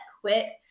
quit